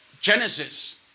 Genesis